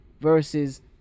versus